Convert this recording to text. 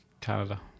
Canada